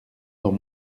dans